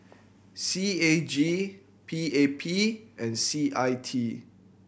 C A G P A P and C I T